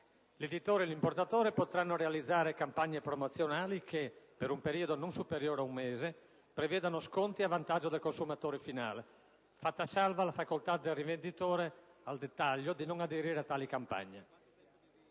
L'editore e l'importatore potranno realizzare campagne promozionali che, per un periodo non superiore a un mese, prevedano sconti a vantaggio del consumatore finale, fatta salva la facoltà del rivenditore al dettaglio di non aderire a tali campagne.